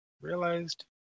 Realized